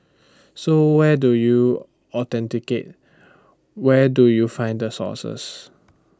so where do you authenticate where do you find the sources